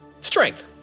Strength